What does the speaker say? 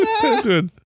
Penguin